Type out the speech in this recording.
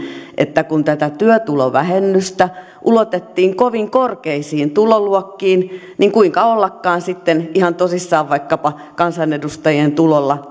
että kun tätä työtulovähennystä ulotettiin kovin korkeisiin tuloluokkiin niin kuinka ollakaan sitten ihan tosissaan vaikkapa kansanedustajien tulolla